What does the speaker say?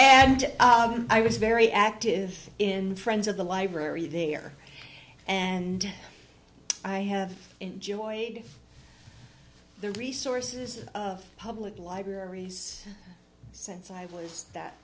and i was very active in friends of the library there and i have enjoyed the resources of public libraries since i was that